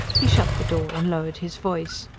he shut the door and lowered his voice.